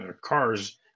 cars